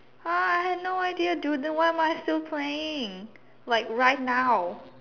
!huh! I have no idea dude then why am I still playing like right now